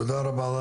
תודה רבה,